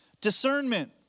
Discernment